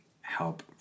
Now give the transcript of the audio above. help